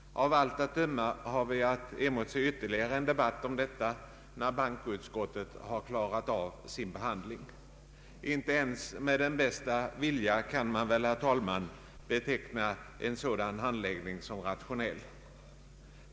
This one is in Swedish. Av allt att döma har vi att emotse ytterligare en debatt om detta när bankoutskottet klarat av sin behandling. Inte ens med den bästa vilja kan man väl, herr talman, beteckna en sådan handläggning som rationell.